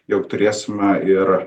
jog turėsime ir